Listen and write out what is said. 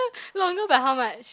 longer by how much